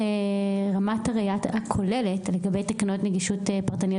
ברמת הראייה הכוללת לגבי תקנות נגישות פרטניות